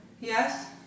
Yes